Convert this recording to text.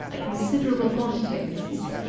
a considerable quantity of the seed.